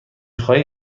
خواهی